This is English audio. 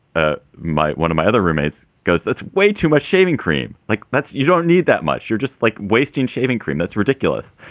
ah might one of my other roommates goes, that's way too much shaving cream. like you don't need that much. you're just like wasting shaving cream. that's ridiculous.